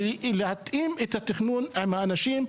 ולהתאים את התכנון עם האנשים,